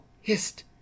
hist